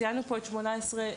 ציינו פה את גיל 18,